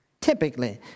typically